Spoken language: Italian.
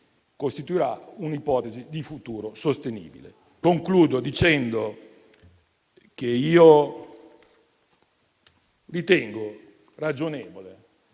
costituirà un'ipotesi di futuro sostenibile. Concludo dicendo che ritengo ragionevole,